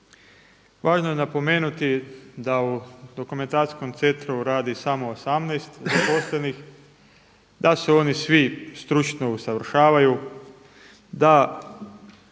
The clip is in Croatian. Važno je napomenuti da u Dokumentacijskom centru radi samo 18 zaposlenih, da se oni svi stručno usavršavaju, da